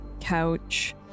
couch